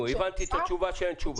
הבנתי את התשובה שאין תשובה.